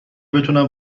بتونم